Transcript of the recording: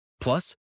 Plus